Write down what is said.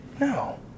No